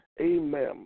amen